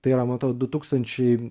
tai yra man atrodo du tūkstančiai